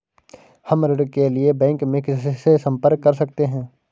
हम ऋण के लिए बैंक में किससे संपर्क कर सकते हैं?